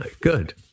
good